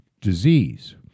disease